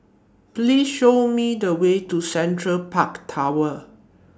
Please Show Me The Way to Central Park Tower